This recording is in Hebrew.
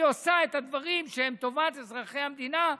עושה את הדברים לטובת אזרחי המדינה,